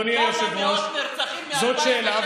אדוני היושב-ראש, זאת שאלה.